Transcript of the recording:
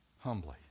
humbly